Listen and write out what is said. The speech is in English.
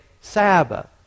Sabbath